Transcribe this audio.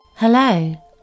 Hello